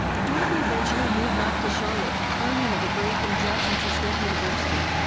dorothy eventually moved back to charlotte, earning a degree from johnson c. smith university.